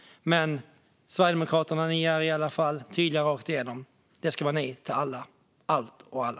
Men Sverigedemokraterna är i alla fall tydliga rakt igenom: Det ska vara nej till allt och alla.